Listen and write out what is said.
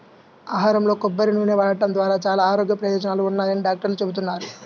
ఆహారంలో కొబ్బరి నూనె వాడటం ద్వారా చాలా ఆరోగ్య ప్రయోజనాలున్నాయని డాక్టర్లు చెబుతున్నారు